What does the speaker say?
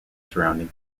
surrounding